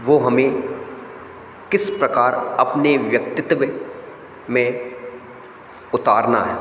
वह हमें किस प्रकार अपने व्यक्तित्व में उतारना है